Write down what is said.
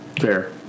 Fair